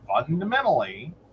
fundamentally